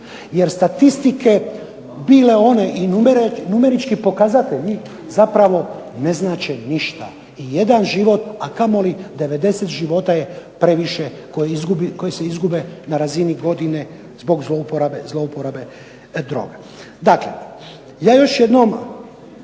Jer statistike bile one i numerički pokazatelji zapravo ne znače ništa. I jedan život, a kamoli 90 života je previše koji se izgube na razini godine zbog zlouporabe droga. Dakle, ja još jednom